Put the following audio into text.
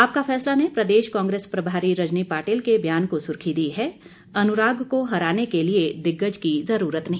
आपका फैसला ने प्रदेश कांग्रेस प्रभारी रजनी पाटिल के बयान को सुर्खी दी है अनुराग को हराने के लिए दिग्गज की जरूरत नहीं